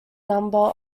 number